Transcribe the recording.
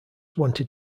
wanted